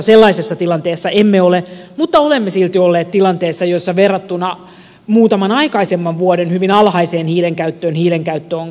sellaisessa tilanteessa emme ole mutta olemme silti olleet tilanteessa jossa verrattuna muutaman aikaisemman vuoden hyvin alhaiseen hiilen käyttöön sen käyttö on kasvanut